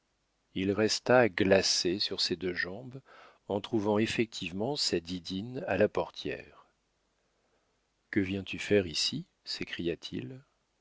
il resta glacé sur ses deux jambes en trouvant effectivement sa didine à la portière que viens-tu faire ici